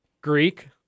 Greek